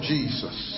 Jesus